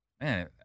Man